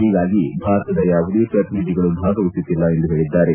ಹೀಗಾಗಿ ಭಾರತದ ಯಾವುದೇ ಪ್ರತಿನಿಧಿಗಳು ಭಾಗವಹಿಸುತ್ತಿಲ್ಲ ಎಂದು ಹೇಳಿದ್ದಾರೆ